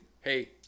hey